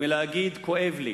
מלהגיד "כואב לי".